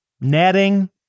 netting